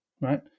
right